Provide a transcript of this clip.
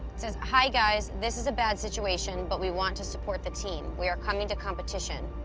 says, hi, guys. this is a bad situation, but we want to support the team. we are coming to competition.